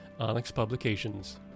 onyxpublications